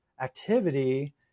activity